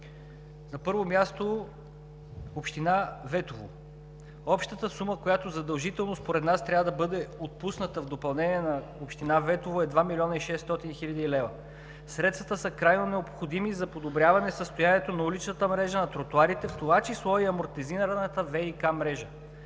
На първо място община Ветово. Общата сума, която задължително според нас трябва да бъде отпусната в допълнение на община Ветово, е 2 млн. 600 хил. лв. Средствата са крайно необходими за подобряване състоянието на уличната мрежа, тротоарите, в това число и амортизираната ВиК мрежа.